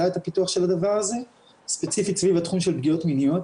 את הפיתוח של הדבר הזה ספציפית סביב התחום של פגיעות מיניות,